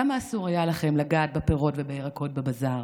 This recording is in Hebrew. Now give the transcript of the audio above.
למה אסור היה לכם לגעת בפירות ובירקות בבזאר?